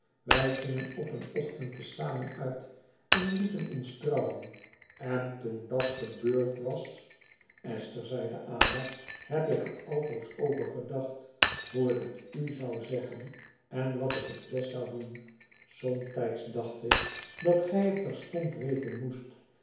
wij gingen op een ochtend te zamen uit en lieten ons trouwen en toen dat gebeurd was esther zeide ada heb ik er altoos over gedacht hoe ik het u zou zeggen en wat ik het best zou doen somtijds dacht ik dat gij het terstond weten moest